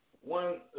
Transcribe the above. One